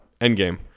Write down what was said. Endgame